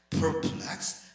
Perplexed